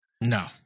No